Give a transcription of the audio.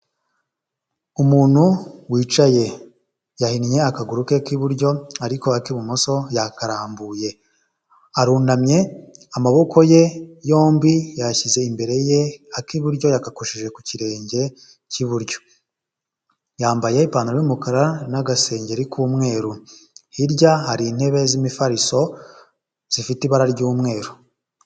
Umuntu wicaye yahinnye akaguru ke k'iburyo ariko ak'ibumoso yakarambuye. Arunamye amaboko ye yombi yashyize imbere ye ak'iburyo yagakojeje ku kirenge cy'iburyo yambaye ipantaro y'umukara n'agasengeri k'umweru, hirya hari intebe z'imifariso zifite ibara ry'umweru.